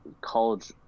college